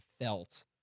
felt